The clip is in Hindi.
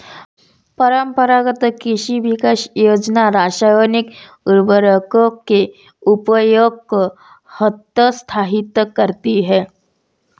परम्परागत कृषि विकास योजना रासायनिक उर्वरकों के उपयोग को हतोत्साहित करती है